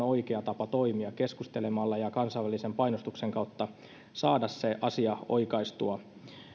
oikea tapa toimia keskustelemalla ja kansainvälisen painostuksen kautta saada se asia oikaistua